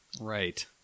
Right